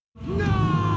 No